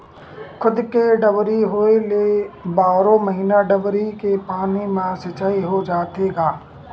खुद के डबरी होए ले बारो महिना डबरी के पानी म सिचई हो जाथे गा